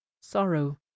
sorrow